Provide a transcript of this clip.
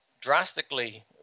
drastically